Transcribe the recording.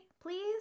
Please